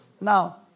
Now